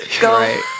go